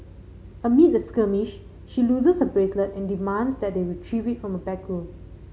amid the skirmish she loses her bracelet and demands that they retrieve it from a backroom